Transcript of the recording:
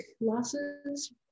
losses